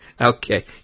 Okay